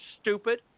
stupid